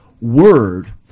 word